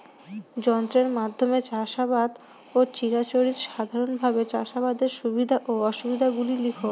যন্ত্রের মাধ্যমে চাষাবাদ ও চিরাচরিত সাধারণভাবে চাষাবাদের সুবিধা ও অসুবিধা গুলি লেখ?